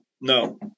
No